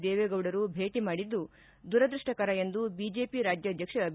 ದೇವೇಗೌಡರು ಭೇಟ ಮಾಡಿದ್ದು ದುರದೃಷ್ಷಕರ ಎಂದು ಬಿಜೆಪಿ ರಾಜ್ಯಾಧ್ವಕ್ಷ ಬಿ